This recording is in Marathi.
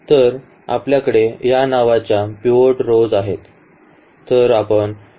तर आपल्याकडे या नावाच्या पिव्होट row आहेत